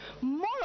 more